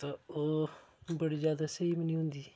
तां ओह् बड़ी जैदा स्हेई बी नेईं होंदी